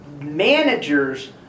managers